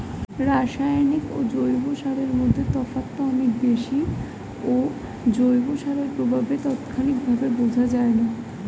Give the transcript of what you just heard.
রাসায়নিক ও জৈব সারের মধ্যে তফাৎটা অনেক বেশি ও জৈব সারের প্রভাব তাৎক্ষণিকভাবে বোঝা যায়না